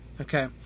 Okay